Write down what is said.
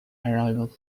arrival